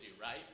right